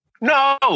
No